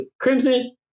Crimson